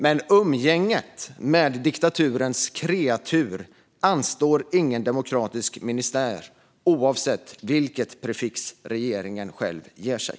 Men umgänget med "diktaturens kreatur" anstår ingen demokratisk ministär oavsett vilket prefix som regeringen själv ger sig.